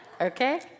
Okay